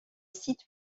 site